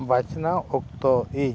ᱵᱟᱪᱷᱱᱟᱣ ᱚᱠᱛᱚ ᱤᱧ